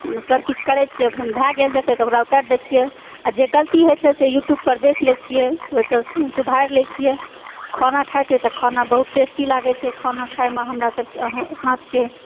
सबकिछु करै छियै भय गेल जे छै तब ओकरा उतारि दै छियै आ जे गलती होइ छे से यूट्यूब पर देख लै छियै ओहि सऽ सुधारि लै छियै खाना खाय छै तऽ खाना बहुत टेस्टी लागैछै खाना खाय मे हमरासभ के हाथ के